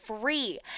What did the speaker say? free